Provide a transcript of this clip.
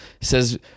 says